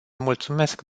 mulțumesc